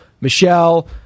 Michelle